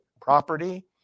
property